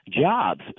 Jobs